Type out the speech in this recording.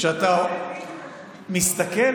כשאתה מסתכל